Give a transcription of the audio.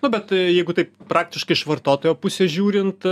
nu bet jeigu taip praktiškai iš vartotojo pusės žiūrint